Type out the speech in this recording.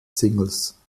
singles